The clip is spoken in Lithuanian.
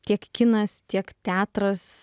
tiek kinas tiek teatras